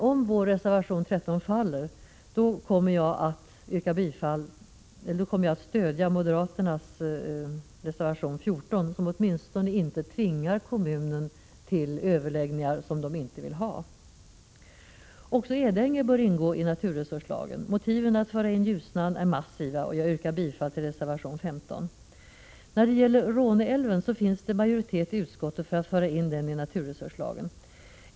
Om vår reservation 13 inte skulle bifallas, kommer jag att stödja reservation 14 av moderaterna, som åtminstone inte tvingar kommunen till överläggningar som den inte vill ha. Också Edänge bör ingå i naturresurslagen. Motiven att föra in Ljusnan är massiva. Jag yrkar bifall till reservation 15. Det finns majoritet i utskottet för att föra in Råne älv i naturresurslagen.